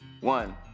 one